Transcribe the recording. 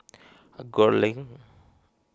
Gul Link